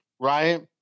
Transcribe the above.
right